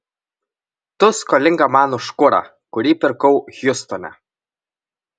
tu skolinga man už kurą kurį pirkau hjustone